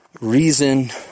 reason